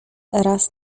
raz